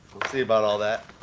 see about all that